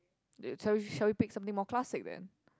uh shall we shall we pick something more classic then